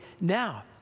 now